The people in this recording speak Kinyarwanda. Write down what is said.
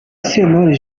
sentore